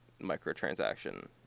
microtransaction